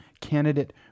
candidate